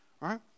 right